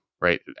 Right